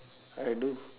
I do